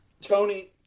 Tony